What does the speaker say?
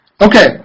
Okay